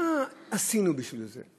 מה עשינו בשביל זה?